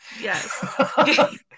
Yes